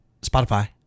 Spotify